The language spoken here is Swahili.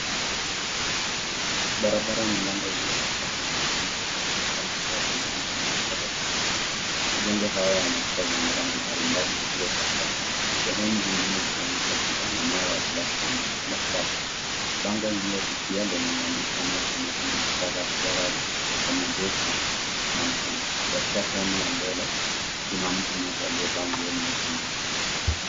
Barabara nyembamba iliyo katikati ya majengo marefu yanaonekana kuwa ya zamani na yenye sifa za kihistoria. Majengo haya yana kuta zenye rangi mbali mbali zilizochakaa. Sehemu zingine zikionyesha ukuta na mawe wa plaster . Bango lililofifia lenye maandishi yanayosomeka, 'Garden Gallery Accomodation' inaonekana. Katika sehemu ya mbele kuna mtu mmoja aliyevaa nguo nyeusi ndefu.